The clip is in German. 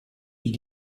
die